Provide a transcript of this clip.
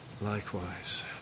Likewise